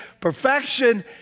perfection